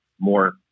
more